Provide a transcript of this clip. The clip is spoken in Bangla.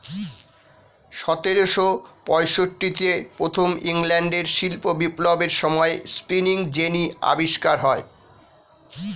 সতেরোশো পঁয়ষট্টিতে প্রথম ইংল্যান্ডের শিল্প বিপ্লবের সময়ে স্পিনিং জেনি আবিষ্কার হয়